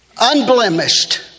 Unblemished